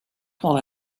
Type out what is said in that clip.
what